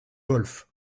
wolf